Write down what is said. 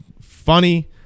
Funny